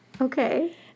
Okay